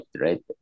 right